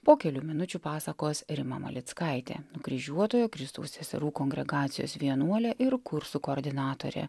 po kelių minučių pasakos rima malickaitė nukryžiuotojo kristaus seserų kongregacijos vienuolė ir kursų koordinatorė